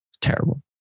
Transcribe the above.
Terrible